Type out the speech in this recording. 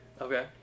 Okay